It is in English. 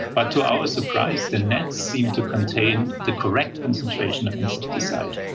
but to our surprise the nets seem to contain the correct concentration of insecticide.